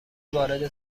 وارد